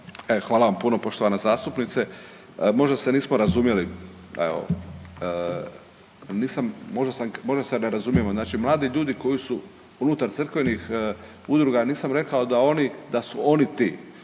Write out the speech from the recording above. hvala vam puno poštovana zastupnice. Možda se nismo razumjeli, evo, nisam, možda se ne razumijemo. Znači mladi ljudi koji su unutar crkvenih udruga, nisam rekao da oni,